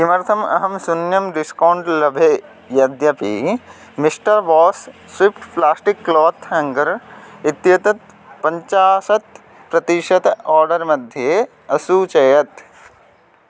किमर्थम् अहं शून्यं डिस्कौण्ट् लभे यद्यपि mister Vas swift plastic cloth hanger इत्येतत् पञ्चाशत् प्रतिशतं आर्डर् मध्ये असूचयत्